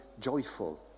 joyful